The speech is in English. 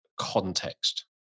context